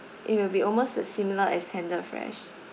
it will be almost as similar as tender fresh